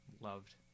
loved